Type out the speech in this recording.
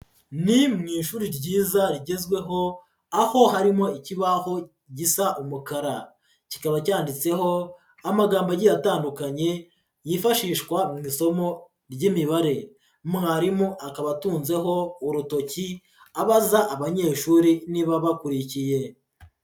Ni mu ishuri ryiza rigezweho, aho harimo ikibaho gisa umukara, kikaba cyanditseho amagambo agiye atandukanye yifashishwa mu isomo ry'imibare. Mwarimu akaba atunzeho urutoki, abaza abanyeshuri niba bakurikiye.